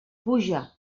puja